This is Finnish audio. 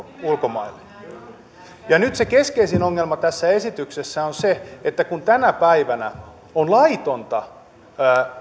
ulkomaille nyt se keskeisin ongelma tässä esityksessä on että kun tänä päivänä on laitonta